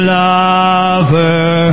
lover